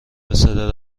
بصدا